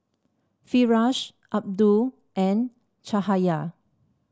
Firash Abdul and Cahaya